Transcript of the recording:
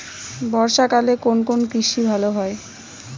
বর্ষা কালে কোন কোন কৃষি ভালো হয়?